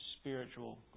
spiritual